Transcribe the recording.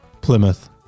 Plymouth